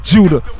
Judah